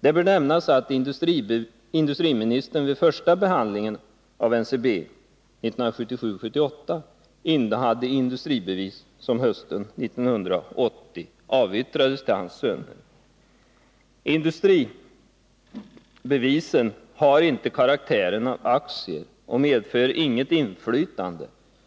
Det bör nämnas att industriministern vid första behandlingen av NCB frågan 1977/78 innehade industribevis, som under hösten 1980 avyttrades till hans söner. Industribevisen har inte karaktären av aktier och medför inget inflytande